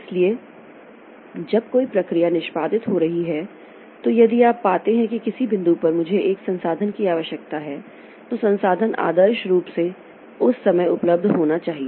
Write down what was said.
इसलिए जब कोई प्रक्रिया निष्पादित हो रही है तो यदि आप पाते हैं कि किसी बिंदु पर मुझे एक संसाधन की आवश्यकता है तो संसाधन आदर्श रूप से उस समय उपलब्ध होना चाहिए